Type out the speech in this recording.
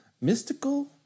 Mystical